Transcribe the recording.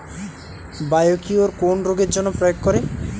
Biocure কোন রোগেরজন্য প্রয়োগ করে?